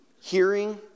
hearing